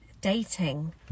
dating